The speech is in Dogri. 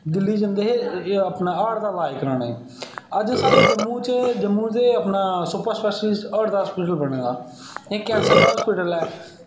दिल्ली जंदे हे ते अपना हार्ट दा ईलाज कराने ई अज्ज साढ़े जम्मू च सुपर स्पेशलिस्ट हार्ट दा अस्ताल बने दा ते कैंसर दा हॉस्पिटल ऐ